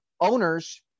owners